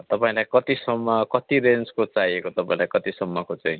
तपाईँलाई कतिसम्म कति रेन्जको चाहिएको तपाईँलाई कतिसम्मको चाहिँ